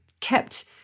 kept